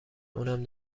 اونم